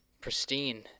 pristine